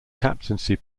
captaincy